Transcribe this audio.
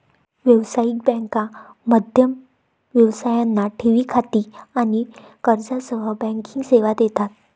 व्यावसायिक बँका मध्यम व्यवसायांना ठेवी खाती आणि कर्जासह बँकिंग सेवा देतात